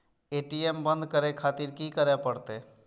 ATM बंद करें खातिर की करें परतें?